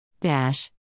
Dash